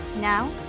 Now